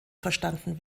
verstanden